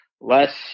less